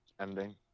ending